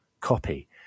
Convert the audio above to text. copy